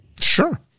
Sure